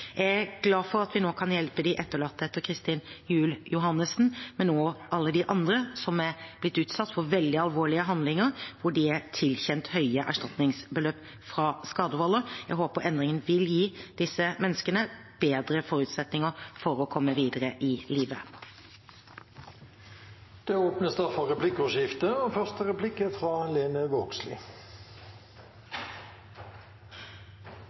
Jeg er glad for at vi nå kan hjelpe de etterlatte etter Kristin Juel Johannessen, men også alle de andre som har blitt utsatt for veldig alvorlige handlinger, hvor de er tilkjent høye erstatningsbeløp fra skadevolder. Jeg håper endringen vil gi disse menneskene bedre forutsetninger for å kunne komme videre i livet. Det blir replikkordskifte. Eg vil takke statsråden for innlegget. Dette er ei sak som er